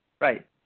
Right